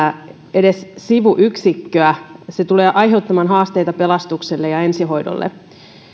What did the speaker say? edes sivuyksikköä se tulee aiheuttamaan haasteita pelastukselle ja ensihoidolle